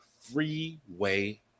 Freeway